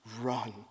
run